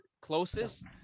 closest